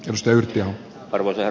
jos tyhjiä arvoja